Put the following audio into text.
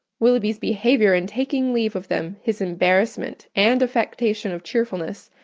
willoughby's behaviour in taking leave of them, his embarrassment, and affectation of cheerfulness,